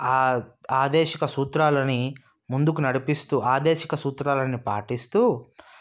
ఆ ఆదేశిక సూత్రాలని ముందుకు నడిపిస్తూ ఆదేశిక సూత్రాలని పాటిస్తూ